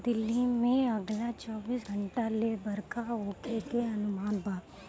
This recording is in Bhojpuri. दिल्ली में अगला चौबीस घंटा ले बरखा होखे के अनुमान बा